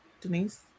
Denise